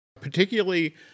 Particularly